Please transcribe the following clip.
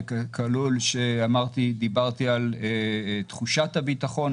וכלול שאמרתי ודיברתי על תחושת הביטחון,